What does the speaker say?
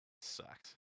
Sucks